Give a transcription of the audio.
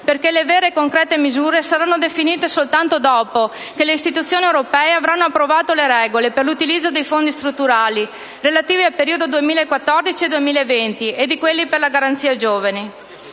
perché le vere e concrete misure saranno definite soltanto dopo che le istituzioni europee avranno approvato le regole per l'utilizzo dei fondi strutturali relativi al periodo 2014-2020 e di quelli per la «Garanzia giovani».